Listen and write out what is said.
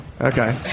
Okay